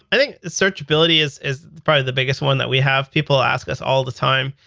i think searchability is is probably the biggest one that we have. people ask us all the time,